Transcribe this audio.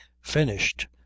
finished